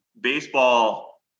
baseball